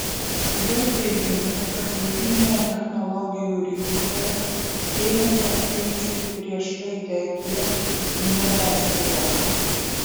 jo teigimu pasaulinėje technologijų rinkoje dėmesio skaičiui prieš raidę g nebeskiriama